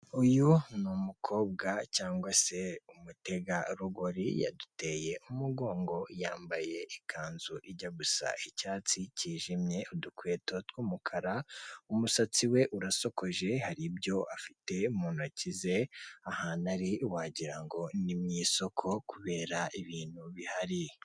Uyu ni umukobwa cyangwa se umutegarugori, yaduteye umugongo, yambaye ikanzu ijya gusa icyatsi kijimye, udukweto tw'umukara, umusatsi we urasokoje, hari ibyo afite mu ntoki ze, ahantu ari wagira ngo ni mu isoko kubera ibintu bihari.